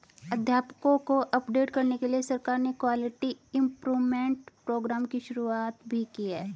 अध्यापकों को अपडेट करने के लिए सरकार ने क्वालिटी इम्प्रूव्मन्ट प्रोग्राम की शुरुआत भी की है